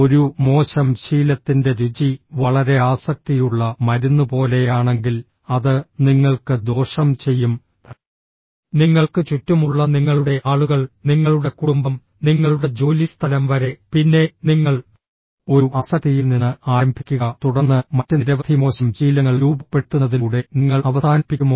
ഒരു മോശം ശീലത്തിന്റെ രുചി വളരെ ആസക്തിയുള്ള മരുന്ന് പോലെയാണെങ്കിൽ അത് നിങ്ങൾക്ക് ദോഷം ചെയ്യും നിങ്ങൾക്ക് ചുറ്റുമുള്ള നിങ്ങളുടെ ആളുകൾ നിങ്ങളുടെ കുടുംബം നിങ്ങളുടെ ജോലിസ്ഥലം വരെ പിന്നെ നിങ്ങൾ ഒരു ആസക്തിയിൽ നിന്ന് ആരംഭിക്കുക തുടർന്ന് മറ്റ് നിരവധി മോശം ശീലങ്ങൾ രൂപപ്പെടുത്തുന്നതിലൂടെ നിങ്ങൾ അവസാനിപ്പിക്കുമോ